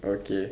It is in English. okay